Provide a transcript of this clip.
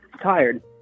Tired